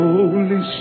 Holy